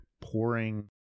pouring